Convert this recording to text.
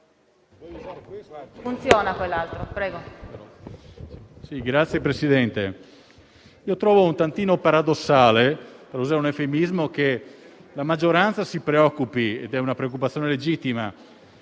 trovo leggermente paradossale - per usare un eufemismo - che la maggioranza si preoccupi (è una preoccupazione legittima)